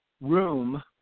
room